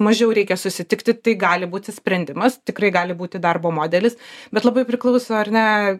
mažiau reikia susitikti tai gali būti sprendimas tikrai gali būti darbo modelis bet labai priklauso ar ne